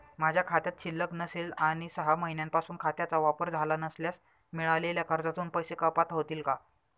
माझ्या खात्यात शिल्लक नसेल आणि सहा महिन्यांपासून खात्याचा वापर झाला नसल्यास मिळालेल्या कर्जातून पैसे कपात होतील का?